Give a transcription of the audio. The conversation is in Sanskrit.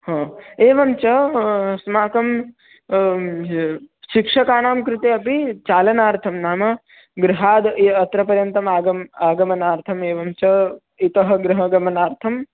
हा एवं च अस्माकं शिक्षकानां कृते अपि चालनार्थं नाम गृहाद् अत्र पर्यन्तम् आगम् आमनार्थम् एवं च इतः गृहगमनार्थम्